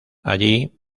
allí